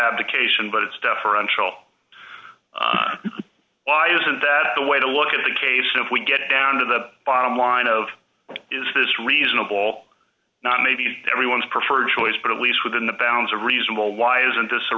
abdication but it's deferential why isn't that the way to look at the caves and if we get it down to the bottom line of what is reasonable not maybe everyone preferred choice but at least within the bounds of reasonable why isn't this a